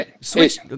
switch